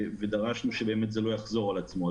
דרשנו שזה לא יחזור על עצמו.